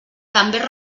també